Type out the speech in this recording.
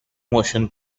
motion